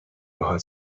باهات